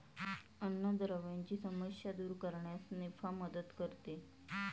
अन्नद्रव्यांची समस्या दूर करण्यास निफा मदत करते